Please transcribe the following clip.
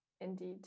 Indeed